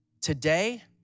Today